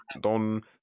Don